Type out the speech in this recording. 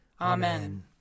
Amen